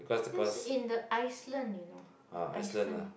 that's in the Iceland you know Iceland